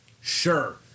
sure